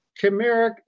chimeric